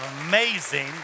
amazing